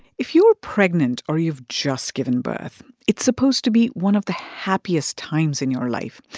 if you're pregnant or you've just given birth, it's supposed to be one of the happiest times in your life,